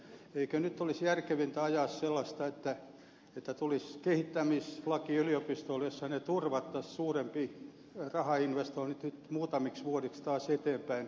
eikö nyt olisi järkevintä ajaa sellaista että tulisi kehittämislaki yliopistoille jossa niille turvattaisiin suurempi rahainvestointi muutamiksi vuosiksi taas eteenpäin